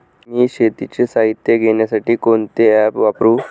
मी शेतीचे साहित्य घेण्यासाठी कोणते ॲप वापरु?